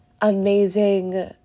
amazing